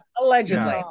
Allegedly